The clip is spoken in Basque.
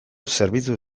zerbitzu